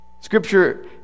Scripture